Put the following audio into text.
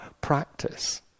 practice